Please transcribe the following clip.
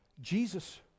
Jesus